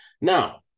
Now